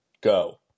Go